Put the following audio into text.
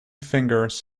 fingers